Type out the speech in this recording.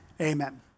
Amen